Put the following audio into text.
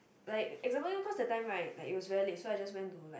like example cause that time right it was very late so I just went to like